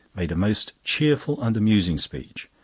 made a most cheerful and amusing speech,